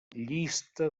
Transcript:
llista